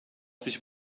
sich